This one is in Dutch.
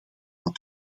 dat